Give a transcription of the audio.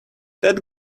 that